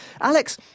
Alex